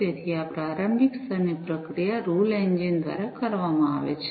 તેથી આ પ્રારંભિક સ્તરની પ્રક્રિયા રૂલ એન્જિન દ્વારા કરવામાં આવશે